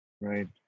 Right